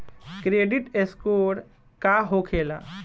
Credit score का होखेला?